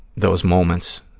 those moments